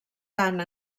tant